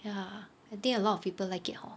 ya I think a lot of people like it hor